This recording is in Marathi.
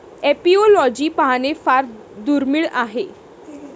एपिओलॉजी पाहणे फार दुर्मिळ आहे